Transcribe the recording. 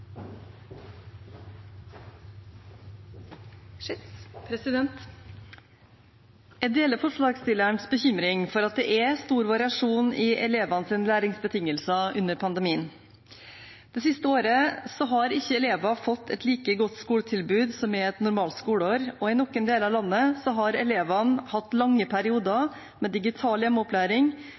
stor variasjon i elevenes læringsbetingelser under pandemien. Det siste året har ikke elevene fått et like godt skoletilbud som i et normalt skoleår. I noen deler av landet har elevene hatt lange perioder med digital